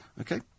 Okay